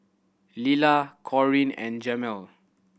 Lilla Corrine and Jamel